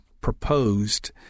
proposed